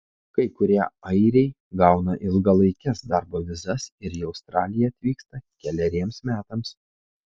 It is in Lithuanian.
kai kurie airiai gauna ilgalaikes darbo vizas ir į australiją atvyksta keleriems metams